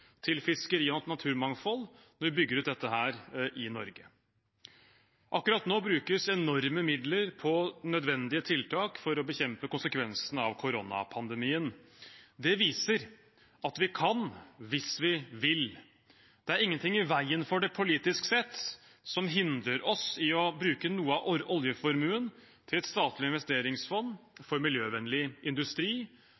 til fiskeri og naturmangfold når vi bygger ut dette i Norge. Akkurat nå brukes enorme midler på nødvendige tiltak for å bekjempe konsekvensene av koronapandemien. Det viser at vi kan hvis vi vil. Det er ingenting politisk sett som hindrer oss i å bruke noe av oljeformuen til et statlig investeringsfond